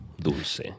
dulce